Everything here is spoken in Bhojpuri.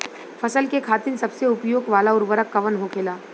फसल के खातिन सबसे उपयोग वाला उर्वरक कवन होखेला?